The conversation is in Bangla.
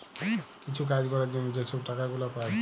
কিছু কাজ ক্যরার জ্যনহে যে ছব টাকা গুলা পায়